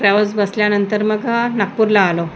travels बसल्यानंतर मग नागपूरला आलो